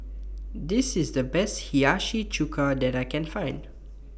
This IS The Best Hiyashi Chuka that I Can Find